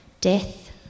death